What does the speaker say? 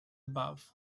above